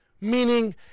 meaning